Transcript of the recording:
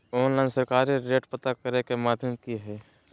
Online सरकारी rate पता करे के माध्यम की हय?